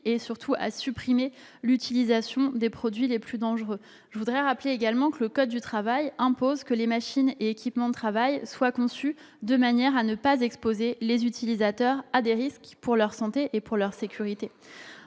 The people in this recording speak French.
et surtout à supprimer celle des plus dangereux d'entre eux. Je veux rappeler également que le code du travail impose que les machines et les équipements de travail soient conçus de manière à ne pas exposer les utilisateurs à des risques pour leur santé et pour leur sécurité.